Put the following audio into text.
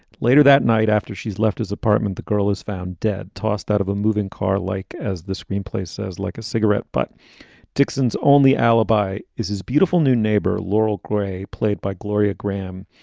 later that night, after she's left his apartment, the girl is found dead, tossed out of a moving car like, as the screenplay says, like a cigarette. but dixon's only alibi is his beautiful new neighbor, laurel gray, played by gloria graham.